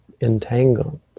entangled